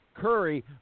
Curry